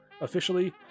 officially